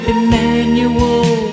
Emmanuel